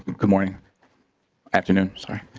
good morning afternoon sorry.